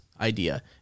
idea